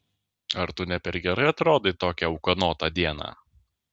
ar tu ne per gerai atrodai tokią ūkanotą dieną